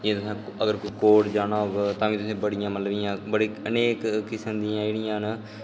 अगर तुसें कोर्ट जाना होग ते बड़ियां इ'यां बड़े अनेक किस्म दियां जेह्ड़ियां न